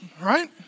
right